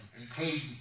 including